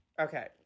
Okay